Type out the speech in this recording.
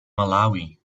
malawi